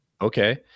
Okay